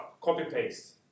copy-paste